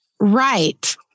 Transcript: Right